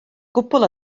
gwbl